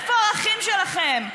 איפה הערכים שלכם?